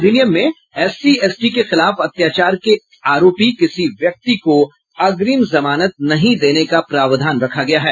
अधिनियम में SC ST के खिलाफ अत्याचार के आरोपी किसी व्यक्ति को अग्रिम जमानत नहीं देने का प्रावधान रखा गया है